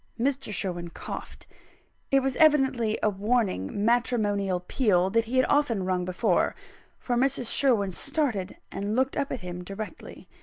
mr. sherwin coughed it was evidently a warning matrimonial peal that he had often rung before for mrs. sherwin started, and looked up at him directly.